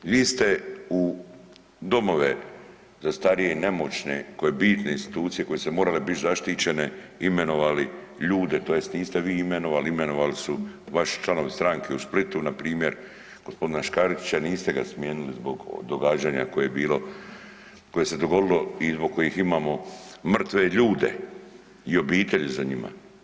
Vi ste u domove za starije i nemoćne koje su bitne institucije koje su morale biti zaštićene imenovali ljude tj. niste vi imenovali, imenovali su vaši članovi stranke u Splitu npr. gospodina Škarića niste ga smijenili zbog događanja koje je bilo, koje se dogodilo i zbog kojih imamo mrtve ljude i obitelji za njima.